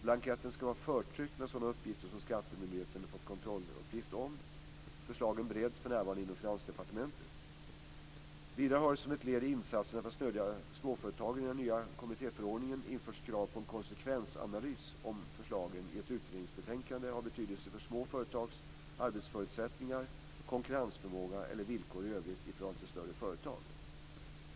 Blanketten skall vara förtryckt med sådana uppgifter som skattemyndigheten fått kontrolluppgift om. Förslagen bereds för närvarande inom Finansdepartementet. Vidare har, som ett led i insatserna för att stödja småföretagen, i den nya kommittéförordningen införts krav på en konsekvensanalys om förslagen i ett utredningsbetänkande har betydelse för små företags arbetsförutsättningar, konkurrensförmåga eller villkor i övrigt i förhållande till större företag.